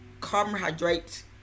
carbohydrates